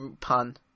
pun